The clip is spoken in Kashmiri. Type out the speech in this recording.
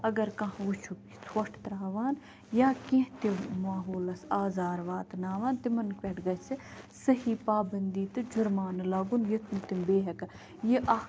اگر کانٛہہ وُچھُکھ یہِ ژھۄٹھ ترٛاوان یا کیٚنٛہہ تہِ ماحولَس آزار واتناوان تِمَن پٮ۪ٹھ گَژھہِ صحیح پابنٛدی تہٕ جُرمانہٕ لَگُن یُتھ نہٕ تِم بیٚیہِ ہیٚکان یہِ اَکھ